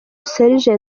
serge